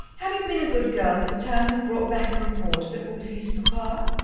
have you been a good girl this term, and brought back a report that will please papa?